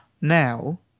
Now